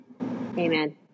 Amen